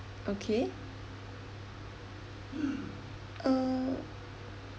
okay uh